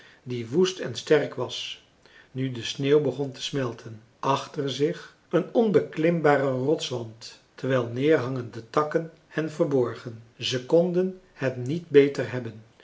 die woest en sterk was nu de sneeuw begon te smelten achter zich een onbeklimbare rotswand terwijl neerhangende takken hen verborgen ze konden het niet beter hebben